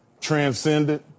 transcended